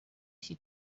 she